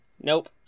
Nope